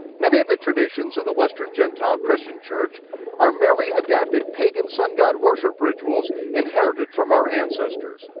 many of the traditions of the western gentile christian church are merely adapted pagan sun-god worship rituals, inherited from our ancestors.